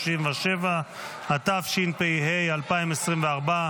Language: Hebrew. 137), התשפ"ה 2024,